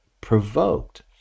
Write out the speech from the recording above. provoked